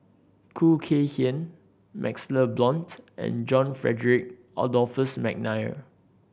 Khoo Kay Hian MaxLe Blond and John Frederick Adolphus McNair